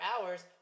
hours